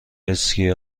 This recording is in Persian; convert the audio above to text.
اسکی